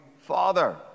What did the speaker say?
father